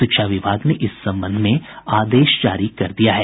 शिक्षा विभाग ने इस संबंध में आदेश जारी कर दिया है